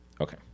Okay